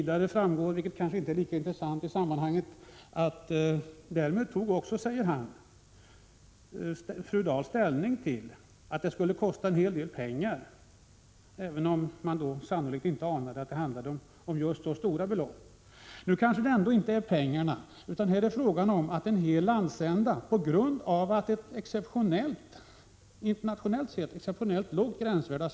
Det framgår också, vilket kanske inte är lika intressant i sammanhanget, att fru Dahl därmed tog ställning till att detta skulle kosta en hel del pengar, även om man då sannolikt inte anade att det handlade om så stora belopp som det verkligen gör. Här gäller det kanske ändå inte pengar — vad det gäller är att folket i en hel landsända har lidit skada på grund av att man satt ett internationellt sett exceptionellt lågt gränsvärde.